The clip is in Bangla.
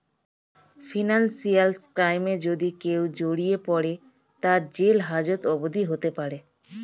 ফিনান্সিয়াল ক্রাইমে যদি কেও জড়িয়ে পরে, তার জেল হাজত অবদি হতে পারে